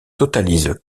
totalise